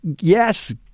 yes